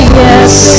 yes